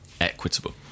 equitable